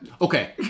Okay